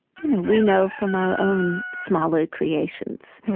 you know, we know from our own smaller creations.